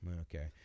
Okay